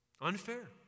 Unfair